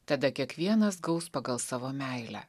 tada kiekvienas gaus pagal savo meilę